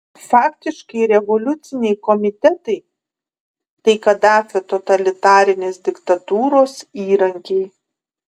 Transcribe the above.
faktiškai revoliuciniai komitetai tai kadafio totalitarinės diktatūros įrankiai